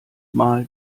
mal